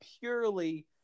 purely